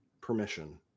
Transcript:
permission